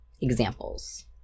examples